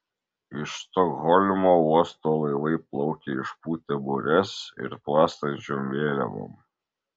iš stokholmo uosto laivai plaukia išpūtę bures ir plastančiom vėliavom